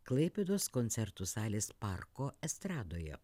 klaipėdos koncertų salės parko estradoje